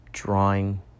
drawing